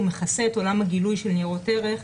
הוא מכסה את עולם הגילוי של ניירות ערך.